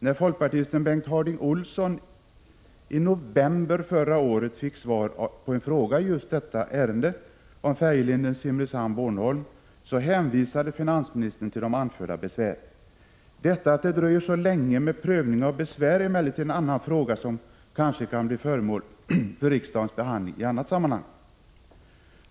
När folkpartisten Bengt Harding Olson i november förra året fick svar på en fråga om just färjeleden Simrishamn-Bornholm hänvisade finansministern till de anförda besvären. Det förhållandet att det dröjer så länge innan besvären prövas är en fråga som kanske kan bli föremål för riksdagens behandling i annat sammanhang.